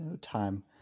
time